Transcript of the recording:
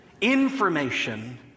information